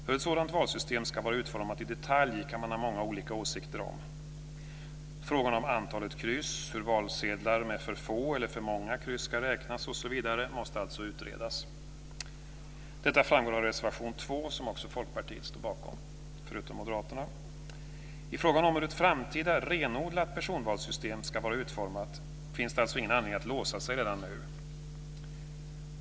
Hur ett sådant valsystem ska vara utformat i detalj kan man ha många olika åsikter om. Frågorna om antalet kryss, hur valsedlar med för få eller för många kryss ska räknas osv. måste alltså utredas. Detta framgår av reservation 2, som, förutom Moderaterna, också Folkpartiet står bakom. I frågan om hur ett framtida renodlat personvalssystem ska vara utformat finns det alltså ingen anledning att låsa sig redan nu.